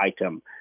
item